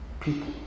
people